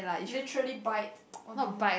literally bite onto you